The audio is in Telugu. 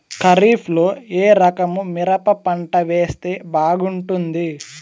ఖరీఫ్ లో ఏ రకము మిరప పంట వేస్తే బాగుంటుంది